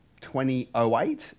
2008